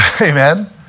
amen